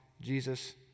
Jesus